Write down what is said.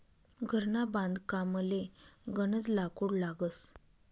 घरना बांधकामले गनज लाकूड लागस